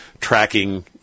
tracking